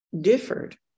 differed